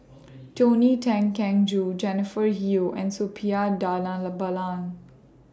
Tony Tan Keng Joo Jennifer Yeo and Suppiah Dhanabalan